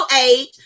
age